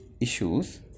issues